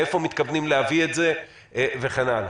מאיפה מתכוונים להביא את זה וכן הלאה.